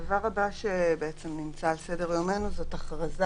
הדבר הבא שנמצא על סדר יומנו הוא הכרזה